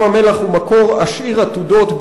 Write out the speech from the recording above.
ים-המלח הוא מקור עשיר עתודות,